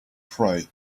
pray